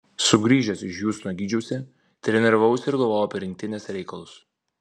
sugrįžęs iš hjustono gydžiausi treniravausi ir galvojau apie rinktinės reikalus